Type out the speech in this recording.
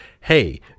hey